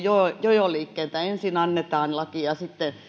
jojoliikkeen että ensin annetaan laki ja sitten